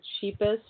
cheapest